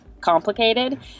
complicated